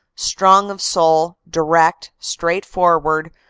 strong of soul, direct, straightforward,